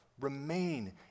remain